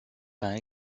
peint